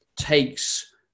takes